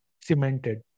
cemented